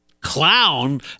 clown